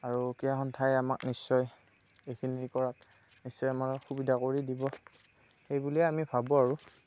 আৰু ক্ৰীড়া সন্থাই আমাক নিশ্চয় এইখিনি কৰাত নিশ্চয় আমাক সুবিধা কৰি দিব সেইবুলিয়েই আমি ভাবোঁ আৰু